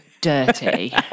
dirty